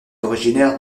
originaire